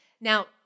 Now